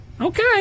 okay